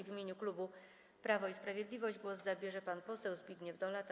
W imieniu klubu Prawo i Sprawiedliwość głos zabierze pan poseł Zbigniew Dolata.